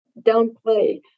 downplay